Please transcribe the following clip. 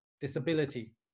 disability